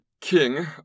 king